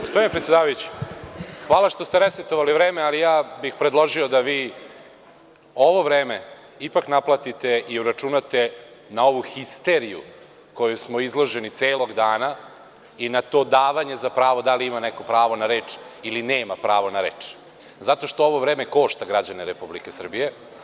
Gospodine predsedavajući, hvala što ste resetovali vreme, ja bih predložio da ovo vreme ipak naplatite i uračunate na ovu histeriju kojoj smo izloženi celog dana i na to davanje za pravo da li ima neko pravo na reč ili nema pravo na reč, zato što ovo vreme košta građane Republike Srbije.